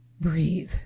breathe